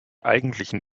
eigentlichen